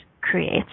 creates